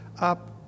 up